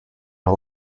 are